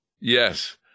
Yes